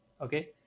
okay